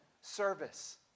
service